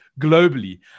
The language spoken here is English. globally